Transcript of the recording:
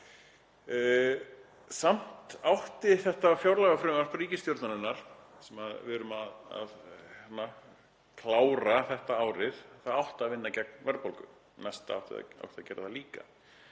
Samt átti þetta fjárlagafrumvarp ríkisstjórnarinnar, sem við erum að klára þetta árið, að vinna gegn verðbólgu. Næsta átti að gera það líka.